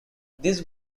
these